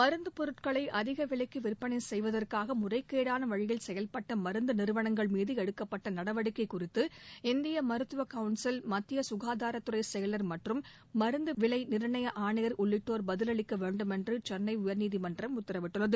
மருந்துப் பொருட்களை அதிக விலைக்கு விற்பனை செய்வதற்காக முறைகேடான வழியில் செயல்பட்ட மருந்து நிறுவனங்கள் மீது எடுக்கப்பட்ட நடவடிக்கை குறித்து இந்திய மருத்துவ கவுன்சில் மத்திய சுகாதாரத்துறை செயலர் மற்றும் மருந்து விலை நிர்ணய ஆணையர் உள்ளிட்டோர் பதிலளிக்க வேண்டுமென்று சென்னை உயர்நீதிமன்றம் உத்தரவிட்டுள்ளது